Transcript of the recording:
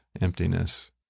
emptiness